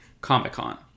Comic-Con